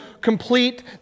complete